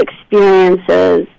experiences